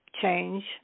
change